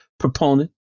proponent